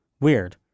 weird